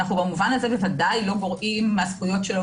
במובן הזה אנחנו ודאי לא גורעים מהזכויות שלו,